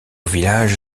village